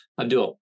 Abdul